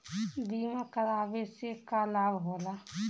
बीमा करावे से का लाभ होला?